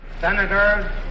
Senators